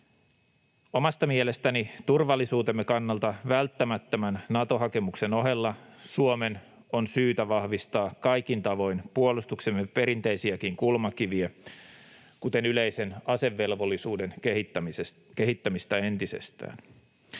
Omasta mielestäni turvallisuutemme kannalta välttämättömän Nato-hakemuksen ohella Suomen on syytä vahvistaa kaikin tavoin puolustuksemme perinteisiäkin kulmakiviä, kuten yleisen asevelvollisuuden kehittämistä entisestään.